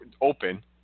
open